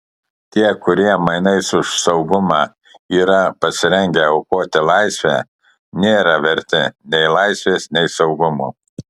tie kurie mainais už saugumą yra pasirengę aukoti laisvę nėra verti nei laisvės nei saugumo